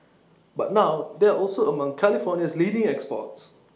but now they are also among California's leading exports